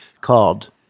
called